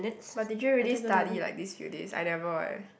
but did you really study like these few days I never eh